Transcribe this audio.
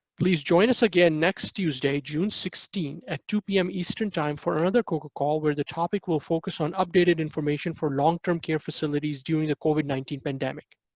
please join us again next tuesday, june sixteen, at two zero pm eastern time for another coca call where the topic will focus on updated information for long-term care facilities during the covid nineteen pandemic.